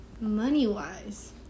money-wise